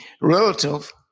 relative